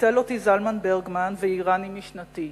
טלטל אותי זלמן ברגמן והעירני משנתי.